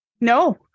No